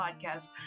Podcast